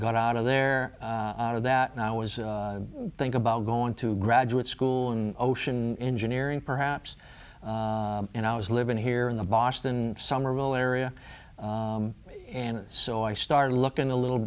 got out of there out of that and i was thinking about going to graduate school in ocean engineering perhaps and i was living here in the boston somerville area and so i started looking a little